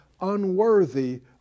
unworthy